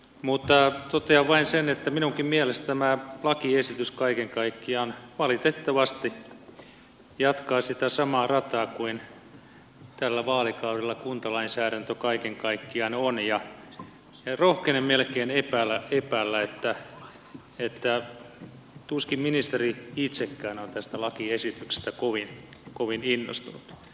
mutta totean vain sen että minunkin mielestäni tämä lakiesitys kaiken kaikkiaan valitettavasti jatkaa sitä samaa rataa kuin tällä vaalikaudella kuntalainsäädäntö kaiken kaikkiaan on ja rohkenen melkein epäillä että tuskin ministeri itsekään on tästä lakiesityksestä kovin innostunut